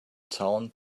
town